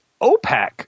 OPEC